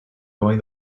going